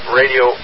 radio